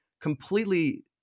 completely